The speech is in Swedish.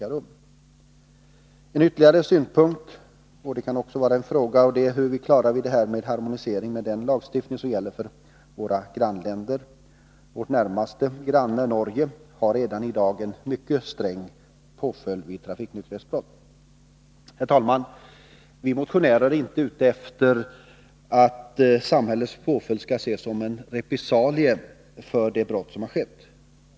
En annan fråga är hur vi klarar harmoniseringen med lagstiftningen i grannländerna. Vårt närmaste grannland Norge har redan i dag en mycket sträng påföljd när det gäller trafikonykterhetsbrott. Herr talman! Vi motionärer vill inte att samhällets påföljd skall ses som en repressalie för de brott som har skett.